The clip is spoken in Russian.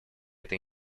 этой